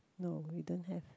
no we don't have